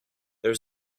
there